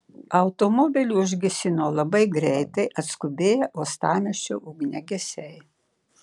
automobilį užgesino labai greitai atskubėję uostamiesčio ugniagesiai